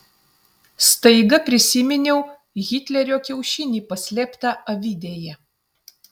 staiga prisiminiau hitlerio kiaušinį paslėptą avidėje